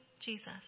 Jesus